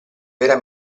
vera